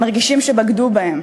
מרגישים שבגדו בהם.